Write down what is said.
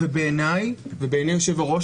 ובעיניי ובעיני היושב-ראש,